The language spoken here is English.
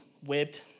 whipped